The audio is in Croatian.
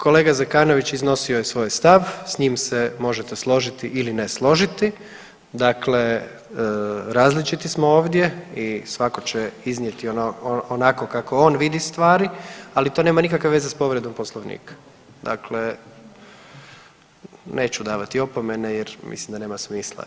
Kolega Zekanović iznosio je svoj stav s njim se možete složiti ili ne složiti, dakle različiti smo ovdje i svatko će iznijeti onako kako on vidi stvari, ali to nema nikakve veze s povredom Poslovnika, dakle neću davati opomene jer mislim da nema smisla.